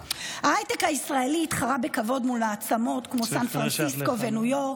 ההייטק הישראלי התחרה בכבוד מול מעצמות כמו סן פרנסיסקו וניו יורק,